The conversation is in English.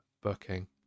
Booking